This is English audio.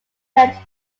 fretted